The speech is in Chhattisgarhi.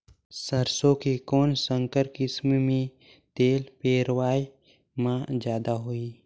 सरसो के कौन संकर किसम मे तेल पेरावाय म जादा होही?